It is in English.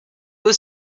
was